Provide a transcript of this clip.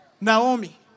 Naomi